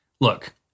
look